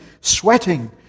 sweating